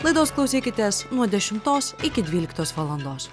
laidos klausykitės nuo dešimtos iki dvyliktos valandos